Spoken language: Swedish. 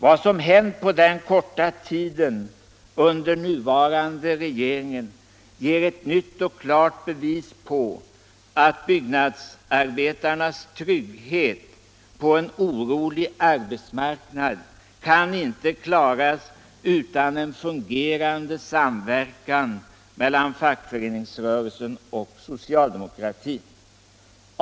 Vad som hänt på den korta tiden under den nuvarande regeringen ger ett nytt och klart bevis på att byggnadsarbetarnas trygghet på en orolig arbetsmarknad inte kan klaras utan en fungerande samverkan mellan fackföreningsrörelsen och socialdemokratuin.